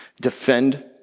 Defend